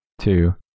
two